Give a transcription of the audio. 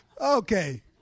okay